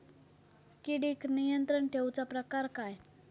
किडिक नियंत्रण ठेवुचा प्रकार काय?